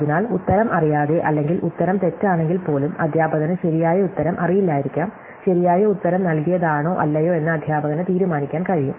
അതിനാൽ ഉത്തരം അറിയാതെ അല്ലെങ്കിൽ ഉത്തരം തെറ്റാണെങ്കിൽ പോലും അധ്യാപകന് ശരിയായ ഉത്തരം അറിയില്ലായിരിക്കാം ശരിയായ ഉത്തരം നൽകിയതാണോ അല്ലയോ എന്ന് അധ്യാപകന് തീരുമാനിക്കാൻ കഴിയും